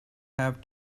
have